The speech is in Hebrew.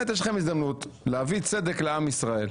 באמת, יש לכם הזדמנות להביא צדק לעם ישראל,